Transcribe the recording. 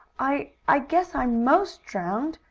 i i guess i'm most drowned,